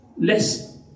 less